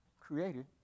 created